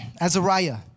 Azariah